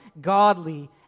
godly